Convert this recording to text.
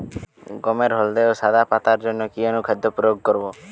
গমের হলদে ও সাদা পাতার জন্য কি অনুখাদ্য প্রয়োগ করব?